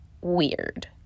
weird